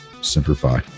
Simplify